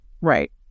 right